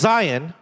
Zion